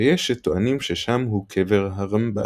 ויש שטוענים ששם הוא קבר הרמב"ן.